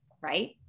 right